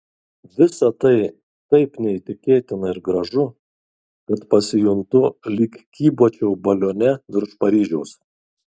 visa tai taip neįtikėtina ir gražu kad pasijuntu lyg kybočiau balione virš paryžiaus